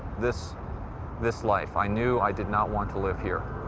this this life. i knew i did not want to live here.